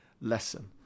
lesson